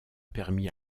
permis